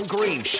Green